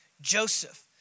Joseph